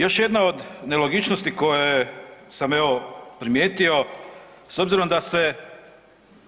Još jedna od nelogičnosti koje sam evo, primijetio, s obzirom da se